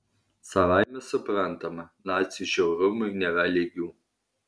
savaime suprantama nacių žiaurumui nėra lygių